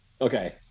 Okay